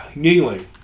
Gingling